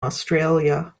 australia